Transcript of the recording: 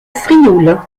frioul